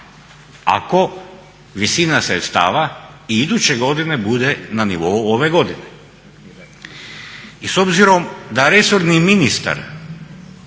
ako visina sredstava i iduće godine bude na nivou ove godine. I s obzirom da resorni ministar